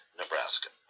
Nebraska